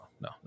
no